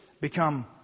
become